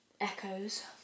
Echoes